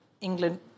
England